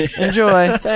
Enjoy